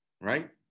right